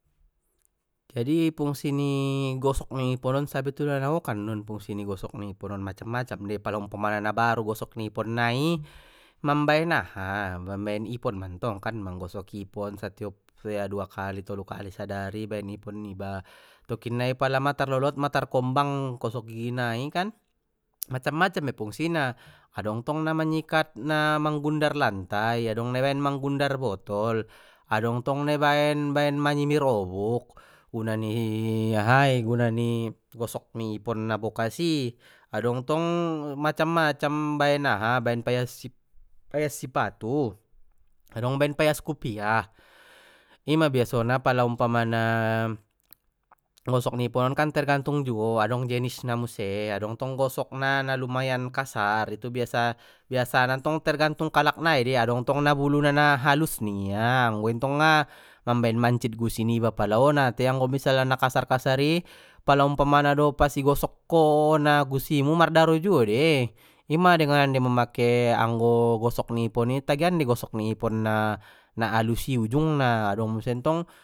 Jadi fungsi ni gosok ni ipon on sabetulna nagokkan don fungsi ni gosok ni ipon on macam macam dei pala umpamana na baru gosok ni ipon nai, mambaen aha mambaen ipon mantong manggosok ipon satiop dua kali tolu kali sadari baen ipon niba tokinnai pala ma tar lolot ma tarkombang gosok gigi nai kan, macam macam mei fungsina adong tong na manyikat manggundar lantai adong na i baen manggundar botol adong ntong na ibaen baen manyimir obuk guna ni aha guna ni gosok ni ipon na bokas i adong tong macam macam baen aha baen paias si-paias sipatu adong baen paias kupiah ima biasona pala umpamana gosok ni ipon on kan tergantung juo adong jenis na muse adong tong gosok na na lumayan kasar itu biasa biasana ntong tergantung kalak nai dei adong tong na buluna na halus ningia anggo intong nga mambaen mancit gusi niba pala ona tai anggo misalna na kasar kasar i pala umpamana do pas i gosok ko ona gusi mu maradro juo dei ima denganan dei mamake anggo gosok ni ipon i tagian dei gosok ni ipon na, na alus i ujung na adong museng ntong.